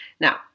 Now